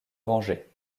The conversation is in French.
venger